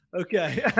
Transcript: okay